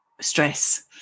stress